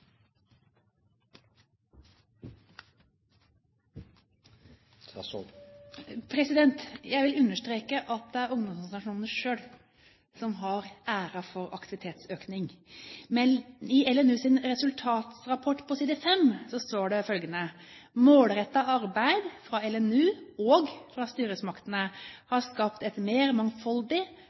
som har æren for aktivitetsøkning. Men i LNUs resultatrapport, på side 5, står det: «Målretta arbeid frå LNU og frå styresmaktene har skapt